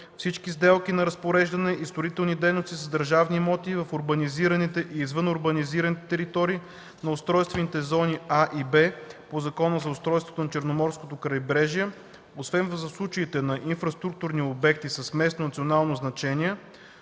всички сделки на разпореждане и строителни дейности с държавни имоти в урбанизираните и извънурбанизираните територии на устройствени зони „А” и „Б” по Закона за устройството на Черноморското крайбрежие, освен за случаи на инфраструктурни обекти с местно и национално значение,